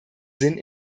sinn